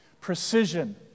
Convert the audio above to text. precision